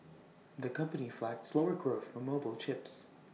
the company flagged slower growth for mobile chips